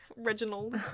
Reginald